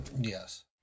Yes